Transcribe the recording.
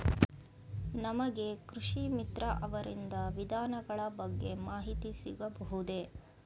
ನಮಗೆ ಕೃಷಿ ಮಿತ್ರ ಅವರಿಂದ ವಿಧಾನಗಳ ಬಗ್ಗೆ ಮಾಹಿತಿ ಸಿಗಬಹುದೇ?